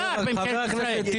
שר בממשלת ישראל.